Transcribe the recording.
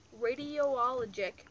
radiologic